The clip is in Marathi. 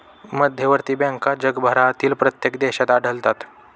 मध्यवर्ती बँका जगभरातील प्रत्येक देशात आढळतात